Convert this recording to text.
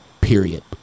period